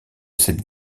cette